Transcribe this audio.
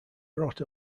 brought